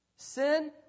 Sin